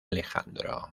alejandro